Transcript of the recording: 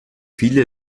viele